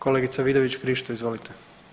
Kolegice Vidović Krišto, izvolite.